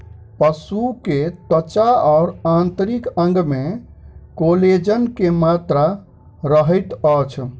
पशु के त्वचा और आंतरिक अंग में कोलेजन के मात्रा रहैत अछि